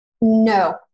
No